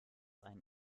ein